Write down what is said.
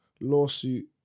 lawsuit